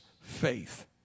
faith